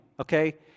okay